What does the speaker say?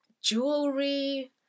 Jewelry